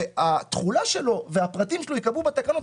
התחולה שלו והפרטים שלו ייקבעו בתקנות.